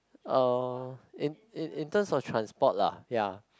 uh in in terms of transport lah ya